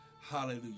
Hallelujah